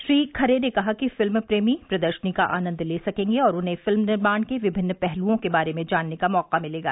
श्री खरे ने कहा कि फिल्म प्रेमी प्रदर्शनी का आनंद ले सकेंगे और उन्हें फिल्म निर्माण के विमिन्न पहलुओं के बारे में जानने का मौका मिलेगा